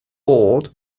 bod